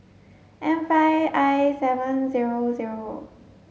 M five I seven zero zero